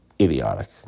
idiotic